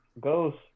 Ghost